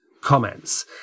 comments